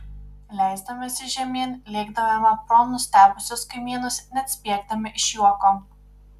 leisdamiesi žemyn lėkdavome pro nustebusius kaimynus net spiegdami iš juoko